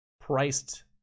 priced